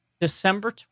December